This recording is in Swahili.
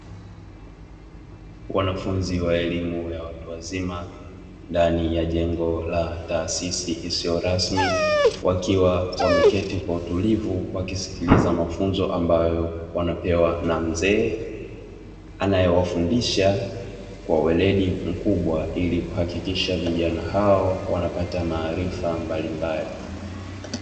Wanafunzi wa elimu ya watu wazima ndani ya jengo la taasisi isiyo rasmi wakiwa wameketi kwa utulivu, wakisikiliza mafunzo ambayo wanapewa na mzee anayewafundisha kwa uweledi mkubwa ili kuhakikisha vijana hao wanapata maarifa mbalimbali.